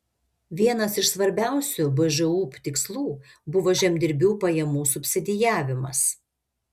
vienas iš svarbiausių bžūp tikslų buvo žemdirbių pajamų subsidijavimas